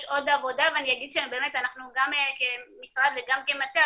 עוד עבודה ואני אגיד שאנחנו גם כמשרד וגם כמטה,